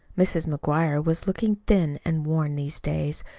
mrs. mcguire was looking thin and worn these days.